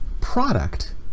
product